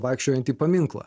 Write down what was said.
vaikščiojantį paminklą